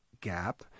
gap